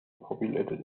populated